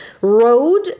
Road